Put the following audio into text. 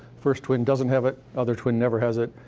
first twin doesn't have it, other twin never has it.